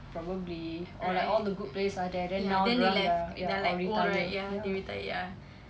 probably or like all the good players are there then now dia orang dah or retire ya